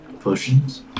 potions